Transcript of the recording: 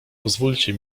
pozwólcie